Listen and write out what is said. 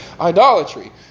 idolatry